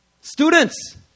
Students